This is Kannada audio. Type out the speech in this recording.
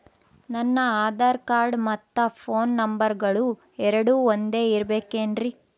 ನನ್ನ ಆಧಾರ್ ಕಾರ್ಡ್ ಮತ್ತ ಪೋನ್ ನಂಬರಗಳು ಎರಡು ಒಂದೆ ಇರಬೇಕಿನ್ರಿ?